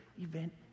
event